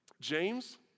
James